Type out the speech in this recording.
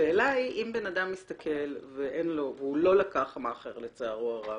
השאלה היא אם בן אדם מסתכל והוא לא לקח מאכער לצערו הרב,